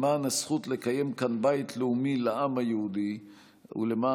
למען הזכות לקיים כאן בית לאומי לעם היהודי ולמען